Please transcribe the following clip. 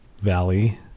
valley